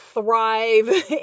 thrive